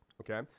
okay